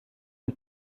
une